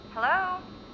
Hello